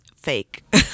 fake